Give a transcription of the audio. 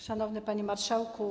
Szanowny Panie Marszałku!